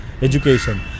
education